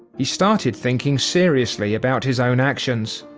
he started thinking seriously about his own actions.